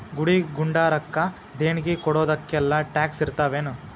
ಗುಡಿ ಗುಂಡಾರಕ್ಕ ದೇಣ್ಗಿ ಕೊಡೊದಕ್ಕೆಲ್ಲಾ ಟ್ಯಾಕ್ಸ್ ಇರ್ತಾವೆನು?